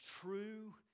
true